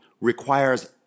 requires